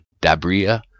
Dabria